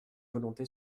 volonté